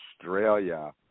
Australia